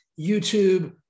YouTube